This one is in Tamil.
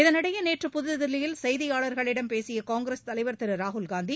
இதனிடையே நேற்று புதுதில்லியில் செய்தியாளர்களிடம் பேசிய காங்கிரஸ் தலைவர் திரு ராகுல் காந்தி